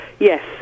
Yes